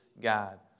God